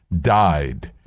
died